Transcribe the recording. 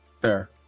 fair